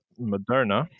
Moderna